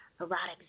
erotic